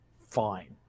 fine